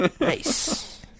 Nice